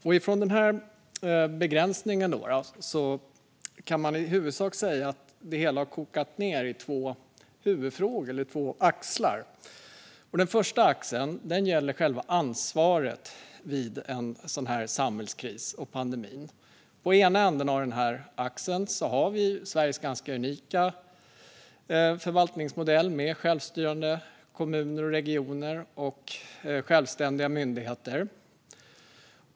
Utifrån den begränsningen kan man i huvudsak säga att det hela har kokat ned till två huvudfrågor eller axlar. Den första axeln gäller själva ansvaret vid en samhällskris som pandemin. I ena änden av axeln har vi Sveriges ganska unika förvaltningsmodell med självstyrande kommuner och regioner och självständiga myndigheter.